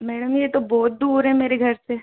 ma'am यह तो बहुत दूर है मेरे घर से